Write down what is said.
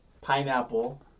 pineapple